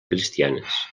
cristianes